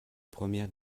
première